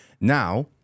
Now